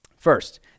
First